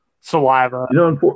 Saliva